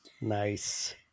Nice